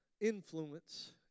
influence